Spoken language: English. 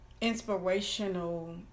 inspirational